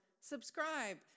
subscribe